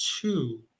two